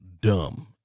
Dumb